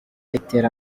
itera